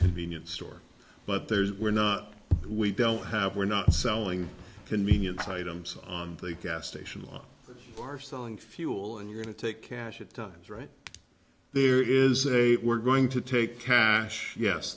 convenience store but there's we're not we don't have we're not selling convenience items on the gas station on our selling fuel and going to take cash at times right there is a we're going to take cash yes